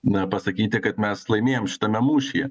na pasakyti kad mes laimėjom šitame mūšyje